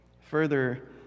Further